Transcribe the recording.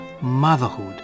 motherhood